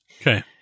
Okay